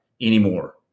anymore